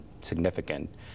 significant